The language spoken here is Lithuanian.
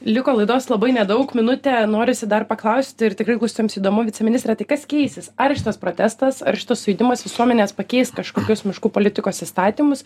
liko laidos labai nedaug minutė norisi dar paklausti ir tikrai klausytojams įdomu viceministre tai kas keisis ar šitas protestas ar šitas sujudimas visuomenės pakeis kažkokius miškų politikos įstatymus